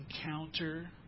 encounter